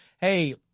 hey